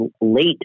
late